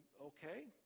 okay